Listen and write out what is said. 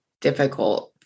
difficult